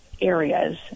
areas